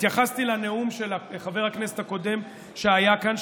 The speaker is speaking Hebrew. התייחסתי לנאום של חבר הכנסת הקודם שהיה כאן,